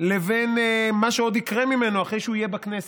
לבין מה שעוד יקרה ממנו אחרי שהוא יהיה בכנסת,